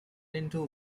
into